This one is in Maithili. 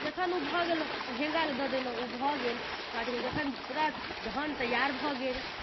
जखन उ भऽ गेल हेङ्गा दऽ देनहुँ उ भऽ गेल अथी केनहुँ जखन पूरा धान तैयार भऽ गेल